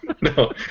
No